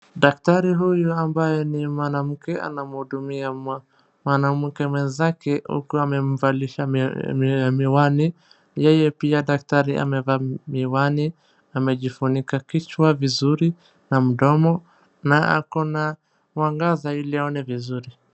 Daktari huyu ambaye ni mwanamke anamhudumia mwa, mwanamke mwenzake huku amemvalisha mi, mi, miwani. Yeye pia daktari amevaa mi, miwani, amejifunika kichwa vizuri na mdomo na ako na mwangaza ili aone vizuri.